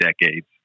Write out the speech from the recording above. decades